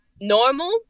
normal